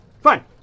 Fine